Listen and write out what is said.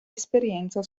esperienza